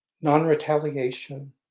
Non-retaliation